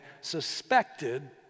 suspected